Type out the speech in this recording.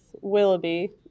Willoughby